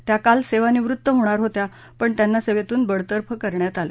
त्या काल सेवानिवृत्त होणार होत्या पण त्यांना सेवेतून बडतर्फ करण्यात आलं